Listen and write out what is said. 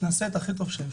נעשה את הכי טוב שאפשר.